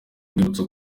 urwibutso